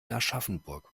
aschaffenburg